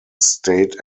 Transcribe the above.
state